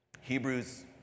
Hebrews